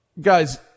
guys